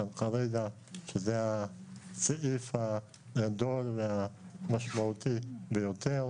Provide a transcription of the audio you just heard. כך שזה הסעיף הגדול והמשמעותי ביותר.